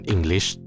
English